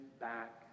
back